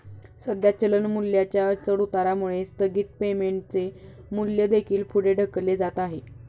सध्या चलन मूल्याच्या चढउतारामुळे स्थगित पेमेंटचे मूल्य देखील पुढे ढकलले जात आहे